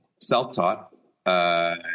Self-taught